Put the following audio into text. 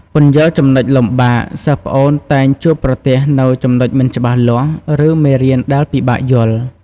ពន្យល់ចំណុចលំបាក សិស្សប្អូនតែងជួបប្រទះនូវ ចំណុចមិនច្បាស់លាស់ ឬមេរៀនដែលពិបាកយល់។